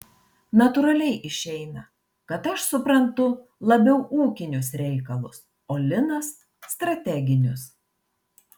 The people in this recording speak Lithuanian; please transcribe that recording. natūraliai išeina kad aš suprantu labiau ūkinius reikalus o linas strateginius